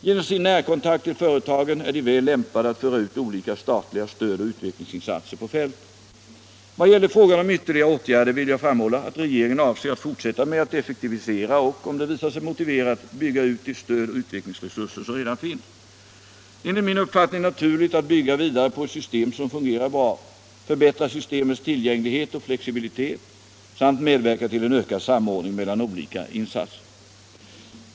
Genom sin närkontakt till företagen är de väl lämpade att föra ut olika statliga stödoch utvecklingsinsatser på fältet. Vad gäller frågan om ytterligare åtgärder vill jag framhålla att regeringen avser att fortsätta med att effektivisera och, om det visar sig motiverat, bygga ut de stödoch utvecklingsresurser som redan finns. Det är enligt min uppfattning naturligt att bygga vidare på ett system som fungerar bra, förbättra systemets tillgänglighet och flexibilitet samt medverka till en ökad samordning mellan olika insatser.